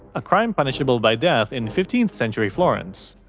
a crime punishable by death in fifteenth century florence,